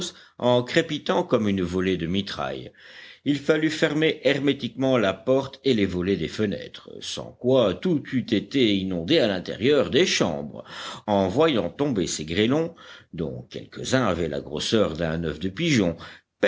en crépitant comme une volée de mitraille il fallut fermer hermétiquement la porte et les volets des fenêtres sans quoi tout eût été inondé à l'intérieur des chambres en voyant tomber ces grêlons dont quelques-uns avaient la grosseur d'un oeuf de pigeon